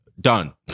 done